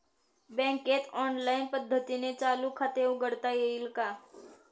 बँकेत ऑनलाईन पद्धतीने चालू खाते उघडता येईल का?